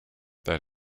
that